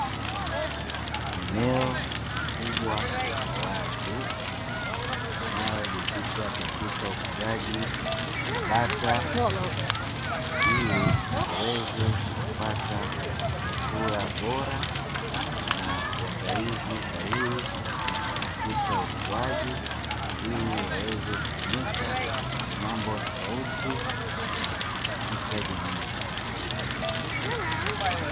Eneo kubwa la wazi linalojihusisha katika ufugaji wa bata; ili waweze kupata chakula bora na uangalizi sahihi katika ukuaji, ili waweze kutumika kwenye mambo tofauti katika jamii.